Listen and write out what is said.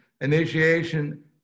Initiation